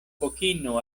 kokino